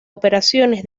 operaciones